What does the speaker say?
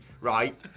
Right